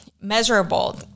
Measurable